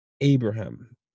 Abraham